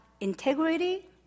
integrity